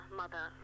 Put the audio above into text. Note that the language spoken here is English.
mother